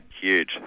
Huge